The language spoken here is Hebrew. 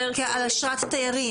כאן באשרת תייר.